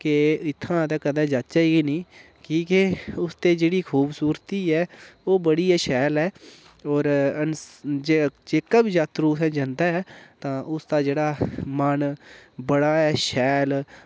के इत्थूं दा कदें जाचै गै निं कि के उसदी जेह्ड़ी ख़ूबसूरती ऐ ओह् बड़ी गै शैल ऐ होर इस जेह्का बी जातरू उत्थें जन्दा ऐ तां उसदा जेह्ड़ा मन बड़ा ही शैल